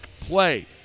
play